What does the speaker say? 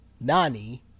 Nani